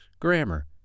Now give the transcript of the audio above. grammar